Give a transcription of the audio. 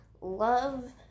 love